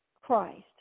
Christ